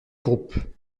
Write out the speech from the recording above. groupes